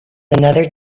another